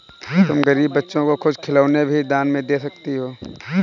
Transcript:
तुम गरीब बच्चों को कुछ खिलौने भी दान में दे सकती हो